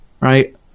right